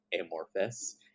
amorphous